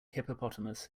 hippopotamus